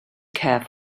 care